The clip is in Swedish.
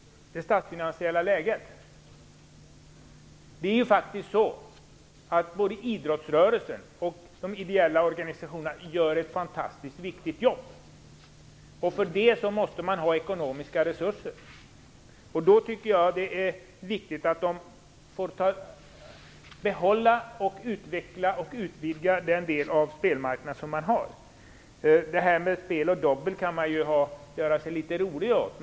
Det statsfinansiella läget nämner Anders Larsson. Både idrottsrörelsen och de ideella organisationerna gör ett fantastiskt viktigt jobb. För det måste de ha ekonomiska resurser. Då tycker jag att det är viktigt att de får behålla, utveckla och utvidga sin del av spelmarknaden. Spel och dobbel kan man göra sig litet rolig åt.